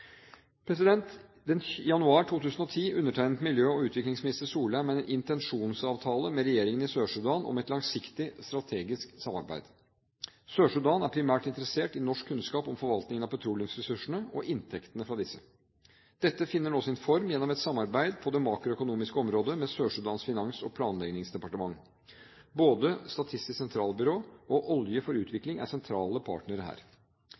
januar 2010 undertegnet miljø- og utviklingsminister Solheim en intensjonsavtale med regjeringen i Sør-Sudan om et langsiktig strategisk samarbeid. Sør-Sudan er primært interessert i norsk kunnskap om forvaltningen av petroleumsressursene og inntektene fra disse. Dette finner nå sin form gjennom et samarbeid på det makroøkonomiske området med Sør-Sudans finans- og planleggingsdepartement. Både Statistisk sentralbyrå og Olje for utvikling er sentrale partnere her.